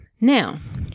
Now